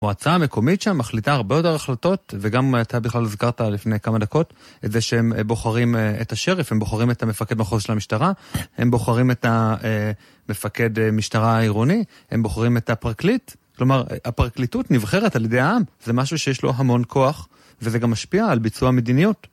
המועצה המקומית שם מחליטה הרבה יותר החלטות, וגם אתה בכלל הזכרת לפני כמה דקות את זה שהם בוחרים את השריף, הם בוחרים את המפקד מחוז של המשטרה, הם בוחרים את המפקד משטרה העירוני, הם בוחרים את הפרקליט, כלומר הפרקליטות נבחרת על ידי העם, זה משהו שיש לו המון כוח, וזה גם משפיע על ביצוע מדיניות.